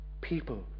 people